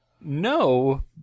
no